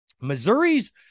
Missouri's